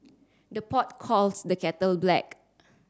the pot calls the kettle black